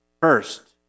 First